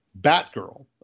Batgirl